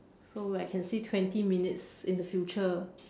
so I can see twenty minutes in the future